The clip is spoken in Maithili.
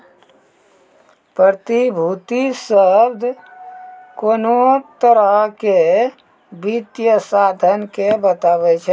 प्रतिभूति शब्द कोनो तरहो के वित्तीय साधन के बताबै छै